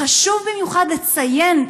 חשוב במיוחד לציין,